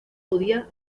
judía